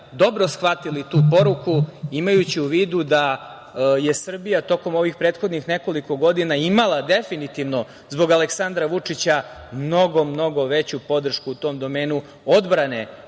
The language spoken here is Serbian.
dobro shvatili tu poruku, imajući u vidu da je Srbija tokom ovih prethodnih nekoliko godina imala definitivno zbog Aleksandra Vučića mnogo veću podršku u tom domenu odbrane